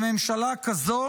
לממשלה כזאת